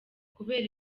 kubera